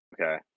Okay